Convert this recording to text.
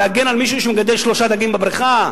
להגן על מישהו שמגדל שלושה דגים בבריכה?